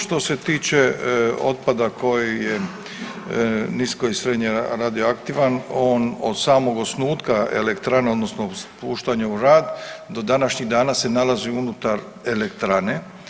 Što se tiče otpada koji je nisko i srednje radioaktivan on od samog osnutka elektrane odnosno puštanja u rad do današnjih dana se nalazi unutar elektrane.